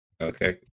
Okay